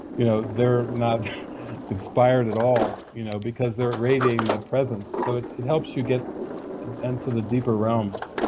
you know they're not inspired at all, you know, because they're radiating that presence, so it it helps you get into the deeper realms.